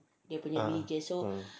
ah